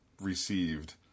received